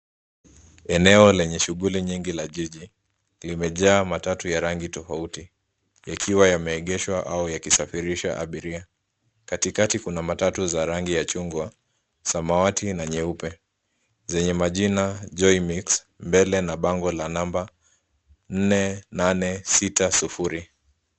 Eneo lenye shughuli nyingi la jiji, limejaa matatu ya rangi tofauti yakiwa yameegeshwa au yakisafirisha abiria. Katikati kuna matatu za rangi ya chungwa, samawati na nyeupe zenye majina Joy Mix mbele na bango la namba nne, nane, sita, sufuri.